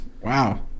Wow